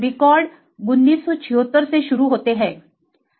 record 1976 से शुरू होते हैं